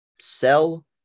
Sell